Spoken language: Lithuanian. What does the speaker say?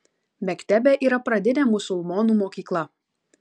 mektebė yra pradinė musulmonų mokykla